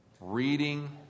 reading